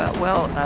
ah well,